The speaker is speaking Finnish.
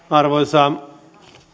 arvoisa herra